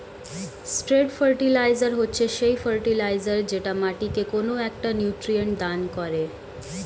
straight fertilizer হচ্ছে সেই fertilizer যেটা মাটিকে কোনো একটা নিউট্রিয়েন্ট দান করে